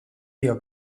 dio